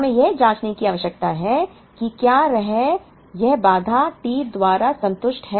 हमें यह जाँचने की आवश्यकता है कि क्या यह बाधा T द्वारा संतुष्ट है